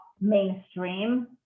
mainstream